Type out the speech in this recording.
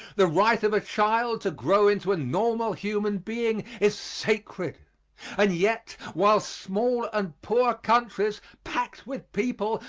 the right of a child to grow into a normal human being is sacred and yet, while small and poor countries, packed with people,